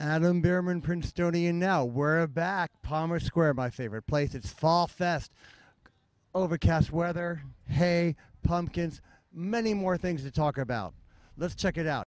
princetonian now we're back palmer square my favorite place it's fall fest overcast weather hey pumpkins many more things to talk about let's check it out